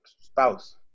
spouse